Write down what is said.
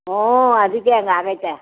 ಹ್ಞೂ ಅದಕ್ಕೇ ಹಂಗಾಗೈತೆ